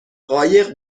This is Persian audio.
قایق